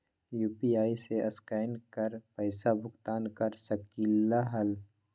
UPI से स्केन कर पईसा भुगतान कर सकलीहल?